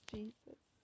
Jesus